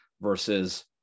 versus